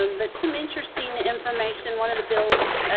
um but some interesting information one of the bills